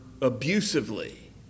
abusively